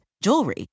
jewelry